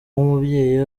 nk’umubyeyi